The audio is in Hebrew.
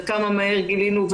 כמה מהר גילינו,